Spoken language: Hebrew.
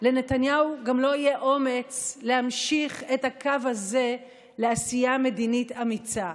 לנתניהו גם לא יהיה אומץ להמשיך את הקו הזה לעשייה מדינית אמיצה,